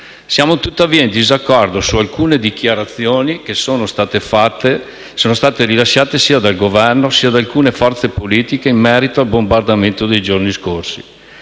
Siamo tuttavia in disaccordo su alcune dichiarazioni che sono state rilasciate sia dal Governo sia da alcune forze politiche in merito al bombardamento dei giorni scorsi.